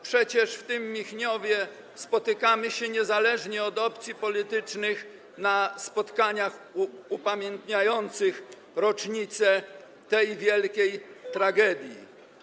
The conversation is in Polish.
Przecież w tym Michniowie spotykamy się niezależnie od opcji politycznych na spotkaniach upamiętniających rocznicę tej wielkiej tragedii.